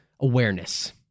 awareness